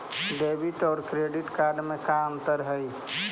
Debit और credit card में का अंतर हइ?